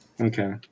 Okay